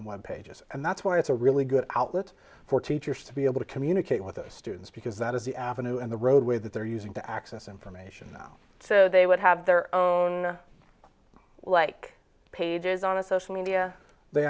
on web pages and that's why it's a really good outlet for teachers to be able to communicate with the students because that is the avenue and the roadway that they're using to access information now so they would have their well like pages on a social media they